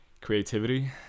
creativity